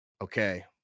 okay